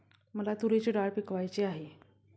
मला तूरीची डाळ पिकवायची आहे